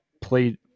played